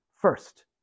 first